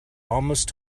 almost